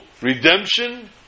redemption